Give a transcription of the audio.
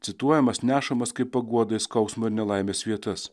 cituojamas nešamas kaip paguoda į skausmo ir nelaimės vietas